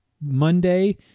Monday